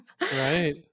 Right